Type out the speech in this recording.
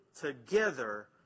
together